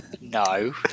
No